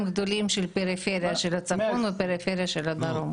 גדולים של פריפריה של הצפון ופריפריה של הדרום.